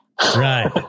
Right